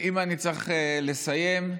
אני צריך לסיים,